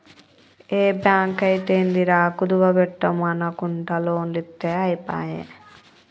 ఏ బాంకైతేందిరా, కుదువ బెట్టుమనకుంట లోన్లిత్తె ఐపాయె